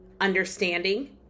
understanding